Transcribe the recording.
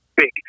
big